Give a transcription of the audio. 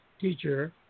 teacher